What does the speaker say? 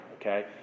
Okay